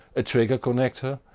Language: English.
a trigger connector,